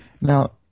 Now